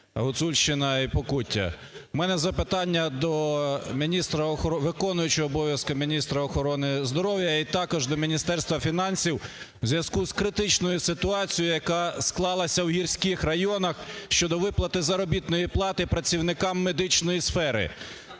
Гуцульщина і Покуття. В мене запитання до міністра, виконуючого обов'язки міністра охорони здоров'я і також до Міністерства фінансів, у зв'язку з критичною ситуацією, яка склалася в гірських районах щодо виплати заробітної плати працівникам медичної сфери.